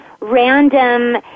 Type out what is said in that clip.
random